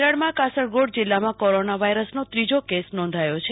કેરળમાં કાસર ગોડ જિલ્લામાં કોરોના વાયરસનો ત્રીજો કેસ નોંધાયો છે